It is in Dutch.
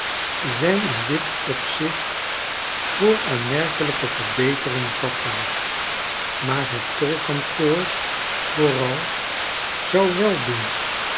zijn in dit opzicht voor aanmerkelijke verbetering vatbaar maar het tolkantoor vooral zou wel doen